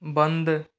बंद